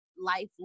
life